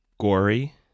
gory